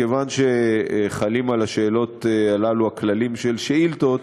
כיוון שחלים על השאלות האלה הכללים של שאילתות,